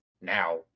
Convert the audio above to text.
now